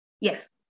Yes